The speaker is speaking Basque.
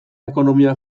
ekonomia